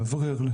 לאוורר,